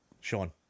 Sean